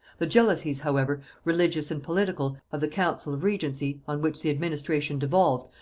the jealousies however, religious and political, of the council of regency, on which the administration devolved,